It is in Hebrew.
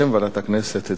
בשם ועדת הכנסת,